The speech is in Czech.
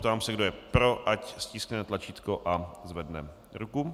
Ptám se, kdo je pro, ať stiskne tlačítko a zvedne ruku.